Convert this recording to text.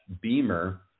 Beamer